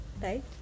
right